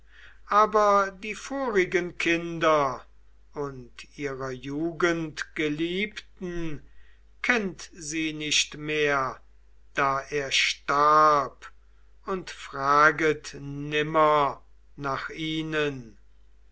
aber die vorigen kinder und ihrer jugend geliebten kennt sie nicht mehr da er starb und fraget nimmer nach ihnen